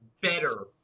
better